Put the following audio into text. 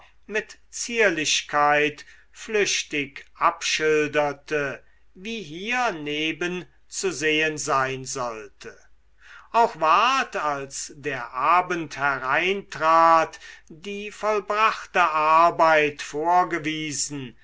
mit zierlichkeit flüchtig abschilderte wie hier neben zu sehen sein sollte auch ward als der abend hereintrat die vollbrachte arbeit vorgewiesen